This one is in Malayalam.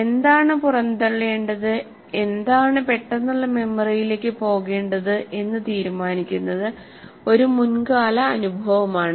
എന്താണ് പുറന്തള്ളേണ്ടത് എന്താണ് പെട്ടെന്നുള്ള മെമ്മറിയിലേക്ക് പോകേണ്ടത് എന്ന് തീരുമാനിക്കുന്നത് ഒരു മുൻകാല അനുഭവമാണ്